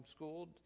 homeschooled